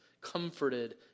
comforted